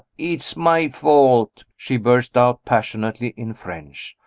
it's my fault! she burst out passionately in french.